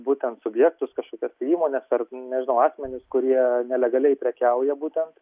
būtent subjektus kažkokias tai įmones ar nežinau asmenis kurie nelegaliai prekiauja būtent